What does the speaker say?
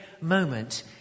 moment